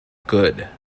good